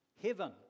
heaven